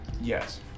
Yes